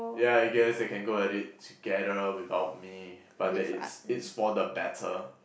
ya I guess they can go at it together without me but that is is for the better